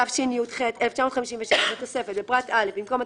התשי"ח 1957‏, בתוספת, בפרט (א), במקום "298,